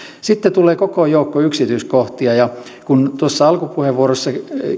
sitten tulee koko joukko yksityiskohtia ja kun tuossa alkupuheenvuorossa